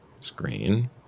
screen